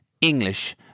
English